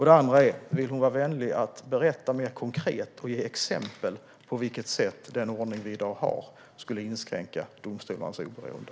Den andra är: Vill hon vara vänlig att berätta mer konkret med exempel på vilket sätt den ordning vi i dag har skulle inskränka domstolarnas oberoende?